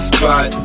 Spot